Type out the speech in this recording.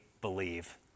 believe